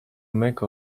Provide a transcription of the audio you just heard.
make